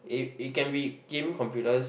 it it can be gaming computers